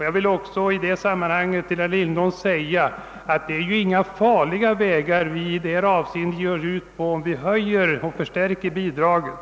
Jag vill säga till herr Lindholm att det inte är några farliga vägar vi i detta avseende ger oss ut på, om vi höjer och förstärker bidraget.